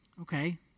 Okay